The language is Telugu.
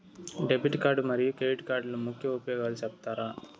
డెబిట్ కార్డు మరియు క్రెడిట్ కార్డుల ముఖ్య ఉపయోగాలు సెప్తారా?